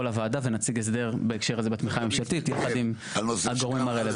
לוועדה ונציג הסדר בהקשר הזה בתמיכה הממשלתית עם הגורם הרלוונטי.